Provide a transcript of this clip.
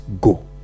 go